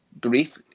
grief